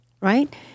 right